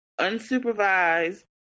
unsupervised